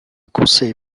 conseil